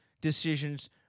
decisions